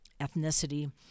ethnicity